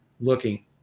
looking